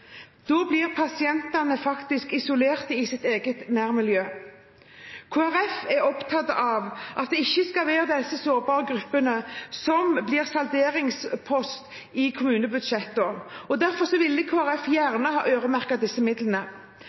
Da blir pasientene faktisk isolert i sitt eget nærmiljø. Kristelig Folkeparti er opptatt av at det ikke skal være disse sårbare gruppene som blir salderingspost i kommunebudsjettene. Derfor ville Kristelig Folkeparti gjerne ha øremerket disse midlene.